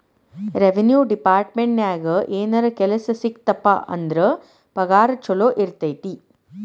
revenue ಡೆಪಾರ್ಟ್ಮೆಂಟ್ನ್ಯಾಗ ಏನರ ಕೆಲ್ಸ ಸಿಕ್ತಪ ಅಂದ್ರ ಪಗಾರ ಚೊಲೋ ಇರತೈತಿ